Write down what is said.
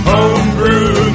Homebrew